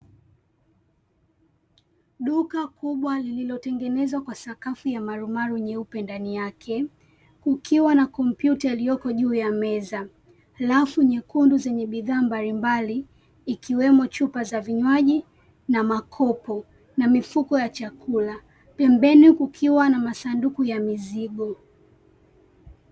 Duka kubwa lililotengenezwa kwa sakafu ya marumaru nyeupe, ndani yake kukiwa na kompyuta iliyopo ndani ya meza, rafu nyekundu yenye bidhaa mbalimbali ikiwemo chupa za vinywaji na makopo, na mifuko ya chakula. Pembeni kukiwa na masanduku ya mizigo.